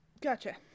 Gotcha